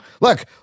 Look